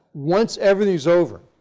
once everything is over,